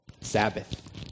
Sabbath